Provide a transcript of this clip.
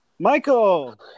Michael